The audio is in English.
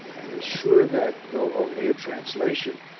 and was sure that, though only a translation,